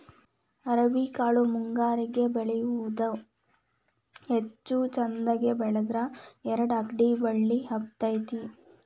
ಅವ್ರಿಕಾಳು ಮುಂಗಾರಿಗೆ ಬೆಳಿಯುವುದ ಹೆಚ್ಚು ಚಂದಗೆ ಬೆಳದ್ರ ಎರ್ಡ್ ಅಕ್ಡಿ ಬಳ್ಳಿ ಹಬ್ಬತೈತಿ